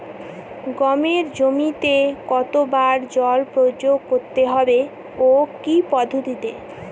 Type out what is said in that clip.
গমের জমিতে কতো বার জল প্রয়োগ করতে হবে ও কি পদ্ধতিতে?